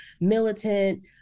militant